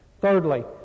Thirdly